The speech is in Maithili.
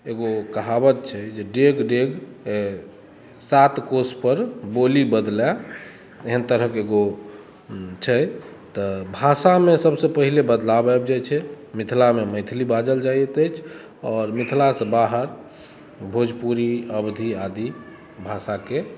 एगो कहावत छै जे डेग डेग सात कोस पर बोली बदलै एहन तरहक एगो छै तऽ भाषा मे सभसँ पहिले बदलाव आबि जाइ छै मिथिला मे मैथिली बाजल जाइत अछि आओर मिथिला सँ बाहर भोजपुरी अवधी आदि भाषा केँ